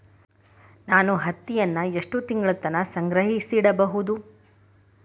ನಾನು ಹತ್ತಿಯನ್ನ ಎಷ್ಟು ತಿಂಗಳತನ ಸಂಗ್ರಹಿಸಿಡಬಹುದು?